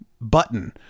button